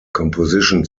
composition